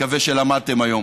מקווה שלמדתם היום.